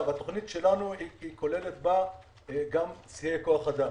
התוכנית שלנו כוללת בה גם שיאי כוח אדם.